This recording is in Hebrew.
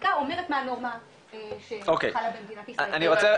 חקיקה אומרת מה הנורמה שחלה במדינת ישראל --- אני רוצה,